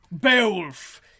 Beowulf